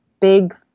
Big